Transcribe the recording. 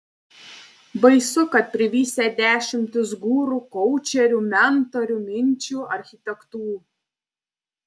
baisu kad privisę dešimtys guru koučerių mentorių minčių architektų